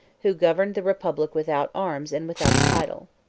who governed the republic without arms and without a title.